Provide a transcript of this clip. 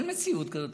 אין מציאות כזאת.